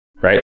right